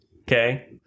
Okay